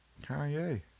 Kanye